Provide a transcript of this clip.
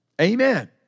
Amen